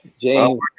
James